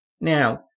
now